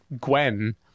gwen